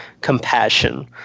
compassion